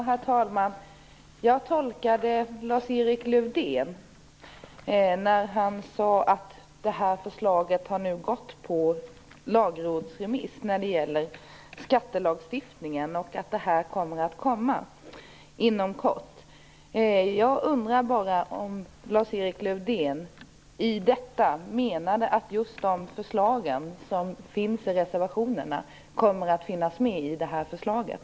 Herr talman! Lars-Erik Lövdén sade att det här förslaget nu har gått på lagrådsremiss när det gäller skattelagstiftningen och att det här kommer att komma inom kort. Jag undrar bara om Lars-Erik Lövdén med detta menade att just de förslag som finns i reservationerna kommer att finnas med i det här förslaget.